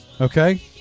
Okay